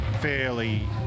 fairly